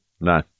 No